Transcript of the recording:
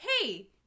hey